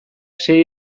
sei